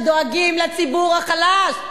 שדואגים לציבור החלש,